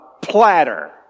platter